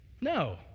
No